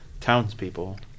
townspeople